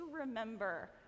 remember